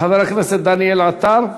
חבר הכנסת דניאל עטר.